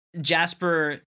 Jasper